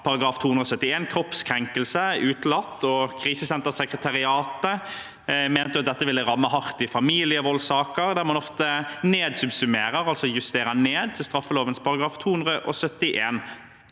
var § 271 om kroppskrenkelse utelatt, og Krisesentersekretariatet mente dette ville ramme hardt i familievoldssaker, der man ofte nedsubsummerer, altså justerer ned, til straffelovens § 271.